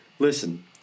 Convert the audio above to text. Listen